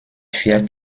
vier